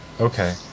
Okay